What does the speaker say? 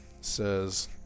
says